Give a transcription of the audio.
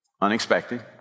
unexpected